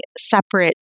separate